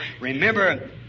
Remember